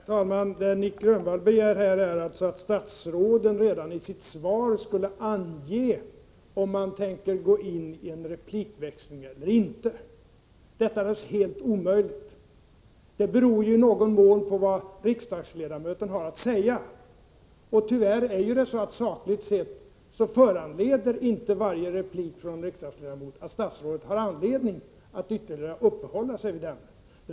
Herr talman! Det Nic Grönvall begär här är alltså att statsråden redan i sitt svar skulle ange om de tänker gå in i en replikväxling eller inte. Detta är naturligtvis helt omöjligt. Det beror ju i någon mån på vad riksdagsledamoten har att säga. Tyvärr är det ju så att sakligt sett inte varje replik från riksdagsledamöterna ger anledning för statsråden att uppehålla sig vid ämnet.